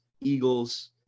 Eagles